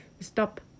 stop